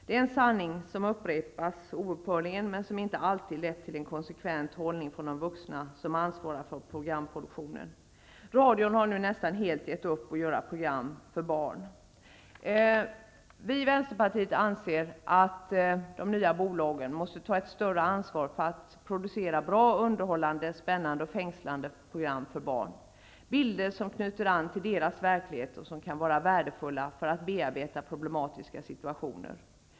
Det är en sanning som upprepas oupphörligen men som inte alltid har lett till en konsekvent hållning från de vuxna som ansvarar för programproduktionen. Radion har nu nästan helt gett upp att göra program för barn. Vi i Vänsterpartiet anser att de nya bolagen måste ta ett större ansvar för att producera bra, underhållande, spännande och fängslande program för barn, med bilder som knyter an till deras verklighet och som kan vara värdefulla för att bearbeta problematiska situationer.